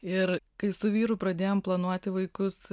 ir kai su vyru pradėjom planuoti vaikus